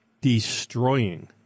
destroying